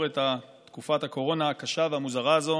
את תקופת הקורונה הקשה והמוזרה הזו